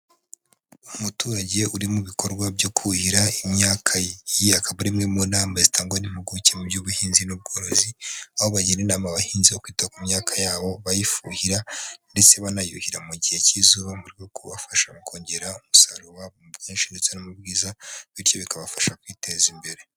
Umuturage uri mu bikorwa byo kuhira imyaka ye, iyi akaba ari imwe mu nama zitangwa n'impuguke mu by'ubuhinzi n'ubworozi, aho bagira inama abahinzi bo kwita ku myaka yabo bayifuhira ndetse banayuhira mu gihe cy'izuba mu rwego rwo kubafasha mu kongera umusaruro wabo mu bwishi ndetse no mu bwiza, bityo bikabafasha kwiteza imbere.